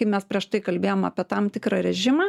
kaip mes prieš tai kalbėjom apie tam tikrą režimą